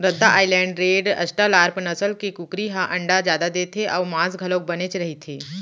रद्दा Island Red, Australorp नसल के कुकरी ह अंडा जादा देथे अउ मांस घलोक बनेच रहिथे